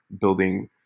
building